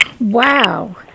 Wow